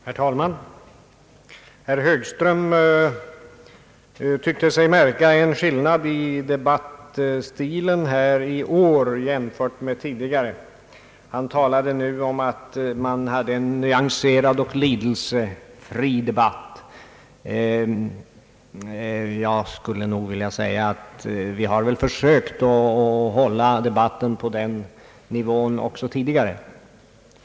Herr talman! Herr Högström tyckte sig märka en skillnad i debattstilen i år jämfört med tidigare år. Han sade att vi nu hade en nyanserad och lidelsefri debatt. Jag skulle nog vilja säga att vi väl har försökt att hålla debatten på den nivån också tidigare.